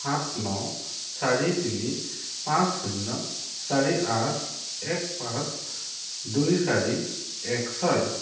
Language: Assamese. সাত ন চাৰি তিনি পাঁচ শূন্য চাৰি আঠ এক পাঁচ দুই চাৰি এক ছয়